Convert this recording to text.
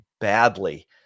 badly